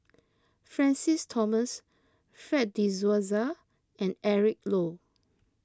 Francis Thomas Fred De Souza and Eric Low